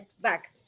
Back